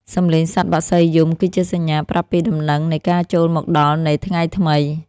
សំឡេងសត្វបក្សីយំគឺជាសញ្ញាប្រាប់ពីដំណឹងនៃការចូលមកដល់នៃថ្ងៃថ្មី។